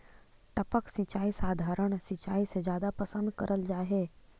टपक सिंचाई सधारण सिंचाई से जादा पसंद करल जा हे